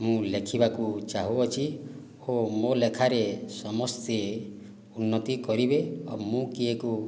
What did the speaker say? ମୁଁ ଲେଖିବାକୁ ଚାହୁଁଅଛି ଓ ମୋ' ଲେଖାରେ ସମସ୍ତେ ଉନ୍ନତି କରିବେ ଆଉ ମୁଁ କିଏକୁ